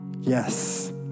yes